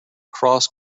cross